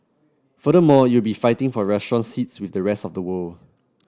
furthermore you will be fighting for restaurant seats with the rest of the world